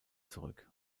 zurück